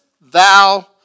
thou